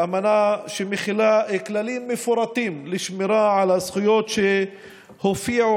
אמנה שמכילה כללים מפורטים לשמירה על הזכויות שהופיעו